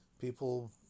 people